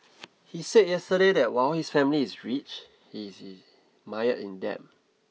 he said yesterday that while his family is rich he is mired in debt